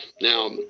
Now